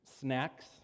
snacks